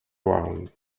round